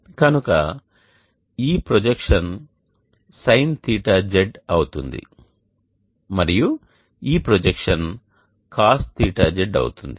కనుక ఈ projection sinθz అవుతుంది మరియు ఈ ప్రొజెక్షన్ cosθz అవుతుంది